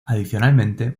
adicionalmente